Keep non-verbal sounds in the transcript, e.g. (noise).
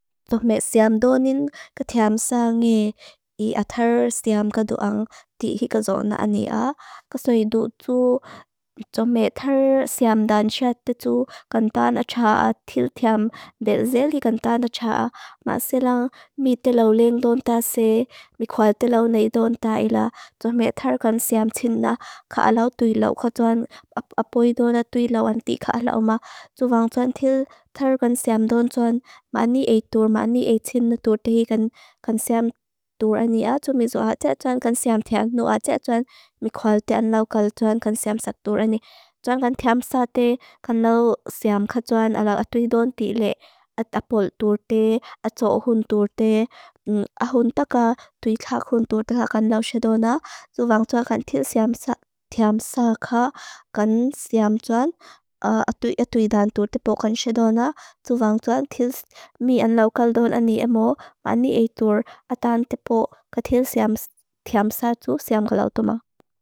Toh mea siamdonin ka thiam saa ngei athar siam kaduang ti hi ka zona ania. Kaso i du tu toh mea thar siam dan siate tu kantan achaa til thiam benze li kantan achaa. Maa selang mi telaw leng donta se, mi kwel telaw nei donta ila. Toh mea thar kan siam tina ka alaw tui law. Kwa joan apoidona tui law anti ka alaw maa. Toh wang joan til thar kan siam don joan maa ni ei tur, maa ni ei tina tur te hi kan siam tur ania. Toh mea zo achaa joan kan siam tina. No achaa joan mi kwel telaw kal joan kan siam saa tur ania. Joan kan thiam saa te kan law siam ka joan alaw atui don ti le. At apol tur te, at zo ohun tur te, ahun taka tui khak hun tur te ka kan law siadona. Toh wang joan kan til thiam (hesitation) saa ka kan siam joan atui atui dan tur tepo kan siadona. Toh wang joan til mi anlaw kal don ania mo, maa ni ei tur atan tepo ka til thiam (hesitation) saa tur siam kalaw tu maa.